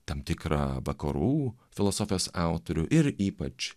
tam tikrą vakarų filosofijos autorių ir ypač